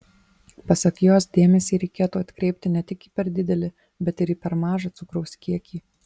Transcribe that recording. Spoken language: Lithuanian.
pasak jos dėmesį reikėtų atkreipti ne tik į per didelį bet ir į per mažą cukraus kiekį